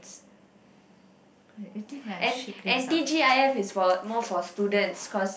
and and T_G_I_F is for more for students cause